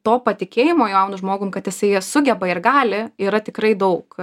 to patikėjimo jaunu žmogum kad jisai sugeba ir gali yra tikrai daug